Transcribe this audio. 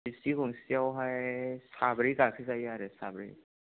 जिबसि गंसेयावहाय साब्रै गाखो जायो आरो साब्रै